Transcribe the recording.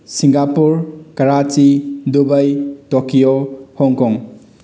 Singapore Karachi Dubai Tokyo Hong Kong